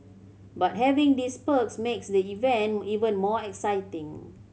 but having these perks makes the event even more exciting